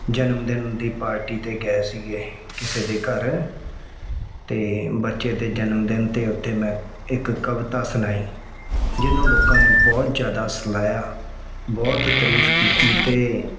ਜਨਮ ਦਿਨ ਦੀ ਪਾਰਟੀ 'ਤੇ ਗਏ ਸੀਗੇ ਕਿਸੇ ਦੇ ਘਰ ਅਤੇ ਬੱਚੇ ਦੇ ਜਨਮਦਿਨ ਦੇ ਉੱਤੇ ਮੈਂ ਇੱਕ ਕਵਿਤਾ ਸੁਣਾਈ ਜਿਹਨੂੰ ਲੋਕਾਂ ਨੇ ਬਹੁਤ ਜ਼ਿਆਦਾ ਸਲਾਹਿਆ ਬਹੁਤ ਤਾਰੀਫ ਕੀਤੀ ਅਤੇ